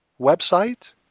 website